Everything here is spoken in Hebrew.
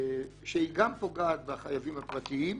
שגם פוגעת בחייבים הפרטיים,